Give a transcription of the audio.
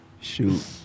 Shoot